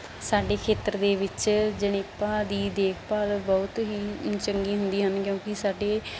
ਸਾਡੇ ਖੇਤਰ ਦੇ ਵਿੱਚ ਜਣੇਪਾ ਦੀ ਦੇਖਭਾਲ ਬਹੁਤ ਹੀ ਚੰਗੀ ਹੁੰਦੀ ਹਨ ਕਿਉਂਕਿ ਸਾਡੇ